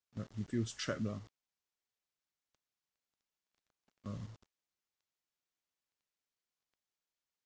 like he feels trapped lah ah